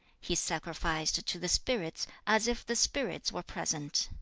he sacrificed to the spirits, as if the spirits were present.